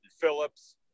Phillips